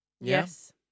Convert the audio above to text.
Yes